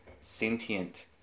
sentient